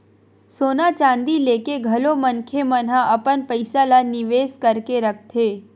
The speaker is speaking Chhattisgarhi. सोना चांदी लेके घलो मनखे मन ह अपन पइसा ल निवेस करके रखथे